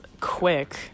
quick